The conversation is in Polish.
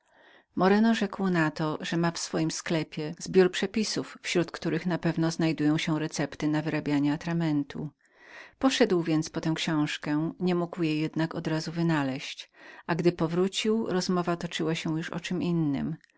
moreno rzekł na to że ma w swoim sklepie mnóstwo przepisów między któremi niektóre muszą być dokładne poszedł więc po tę książkę której nie mógł od razu wynaleźć a gdy powrócił rozmowa toczyła się o czem innem